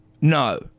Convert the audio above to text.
no